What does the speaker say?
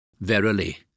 Verily